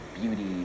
beauty